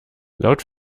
laut